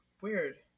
weird